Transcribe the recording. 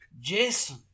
Jason